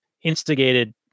instigated